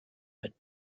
but